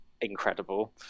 incredible